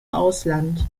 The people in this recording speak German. ausland